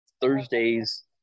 Thursdays